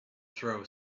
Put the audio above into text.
throw